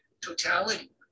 totality